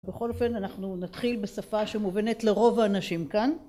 בכל אופן אנחנו נתחיל בשפה שמובנת לרוב האנשים כאן